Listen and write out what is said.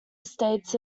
estates